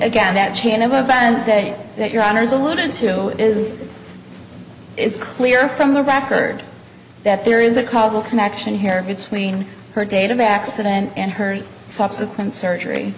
again that chant of a bad day that your honour's alluded to is it's clear from the record that there is a causal connection here between her date of accident and her subsequent surgery